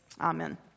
Amen